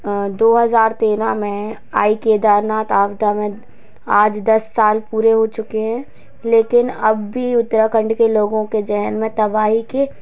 दो हज़ार तेरह मैं आई केदारनाथ आपदा में आज दस साल पूरे हो चुके हैं लेकिन अब भी उत्तराखंड के लोगों के ज़हन में तबाही के